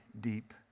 deep